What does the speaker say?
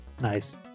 Nice